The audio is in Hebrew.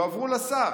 יועברו לשר.